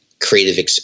creative